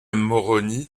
moroni